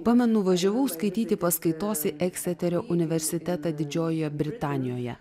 pamenu važiavau skaityti paskaitos į ekseterio universitetą didžiojoje britanijoje